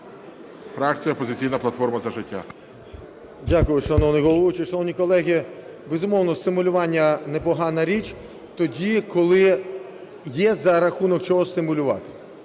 Дякую, шановний головуючий. Шановні колеги, безумовно, стимулювання – непогана річ тоді, коли є за рахунок чого стимулювати.